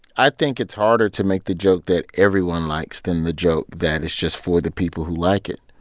i think it's harder to make the joke that everyone likes than the joke that is just for the people who like it.